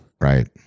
right